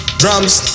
drums